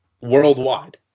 worldwide